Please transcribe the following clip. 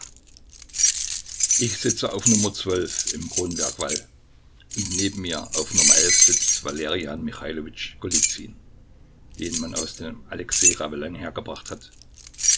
ich sitze auf im kronwerk wall und neben mir auf sitzt valerian michailowitsch golizyn den man aus dem alexej ravelin hergebracht hat